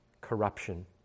corruption